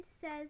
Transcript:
says